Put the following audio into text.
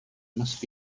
must